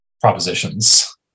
propositions